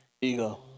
Ego